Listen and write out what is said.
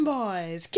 boys